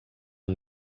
amb